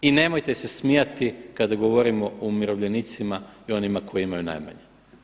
I nemojte se smijati kada govorimo o umirovljenicima i onima koji imaju najmanje.